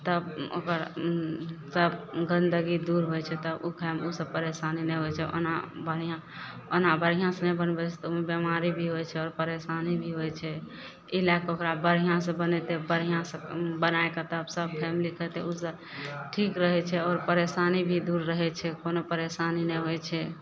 तब ओकर तब गन्दगी दूर होइ छै तब उ खाइमे उसब परेशानी नहि होइ छै ओना बढ़िआँ ओना बढ़िआँसँ नहि बनबय छै तऽ ओइमे बीमारी भी होइ छै आओर परेशानी भी होइ छै ई लए कऽ ओकरा बढ़िआँसँ बनयतै बढ़िआँसँ बना कऽ तब सब फैमिली खेतय उसब ठीक रहय छै आओर परेशानी भी दूर रहय छै कोनो परेशानी नहि होइ छै